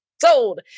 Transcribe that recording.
sold